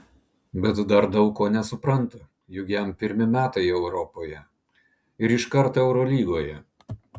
bet dar daug ko nesupranta juk jam pirmi metai europoje ir iškart eurolygoje